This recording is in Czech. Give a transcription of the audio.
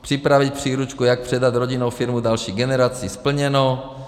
Připravit příručku, jak předat rodinnou firmu další generaci splněno.